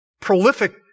prolific